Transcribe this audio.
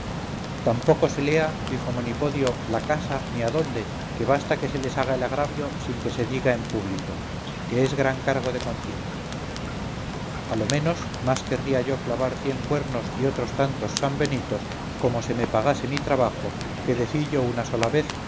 tampoco se lea dijo monipodio la casa ni adónde que basta que se les haga el agravio sin que se diga en público que es gran cargo de conciencia a lo menos más querría yo clavar cien cuernos y otros tantos sambenitos como se me pagase mi trabajo que decillo sola una vez